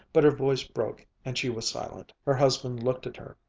but her voice broke and she was silent. her husband looked at her,